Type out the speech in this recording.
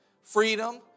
freedom